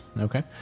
Okay